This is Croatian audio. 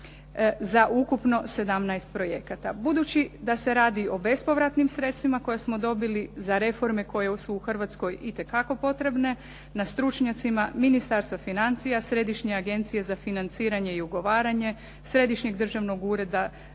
za ukupno 17 projekata. Budući da se radi o bespovratnim sredstvima koja smo dobili za reforme koje su u Hrvatskoj itekako potrebne na stručnjacima Ministarstva financija, Središnje agencije za financiranje i ugovaranje, Središnjeg državnog ureda